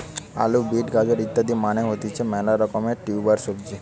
আলু, বিট, গাজর ইত্যাদি মানে হতিছে মেলা রকমের টিউবার সবজি